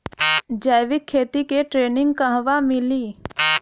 जैविक खेती के ट्रेनिग कहवा मिली?